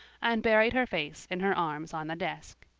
and buried her face in her arms on the desk.